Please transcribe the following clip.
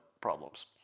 problems